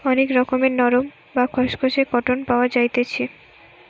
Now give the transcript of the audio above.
অনেক রকমের নরম, বা খসখসে কটন পাওয়া যাইতেছি